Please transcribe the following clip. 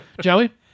Joey